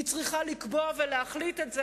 היא צריכה לקבוע ולהחליט את זה,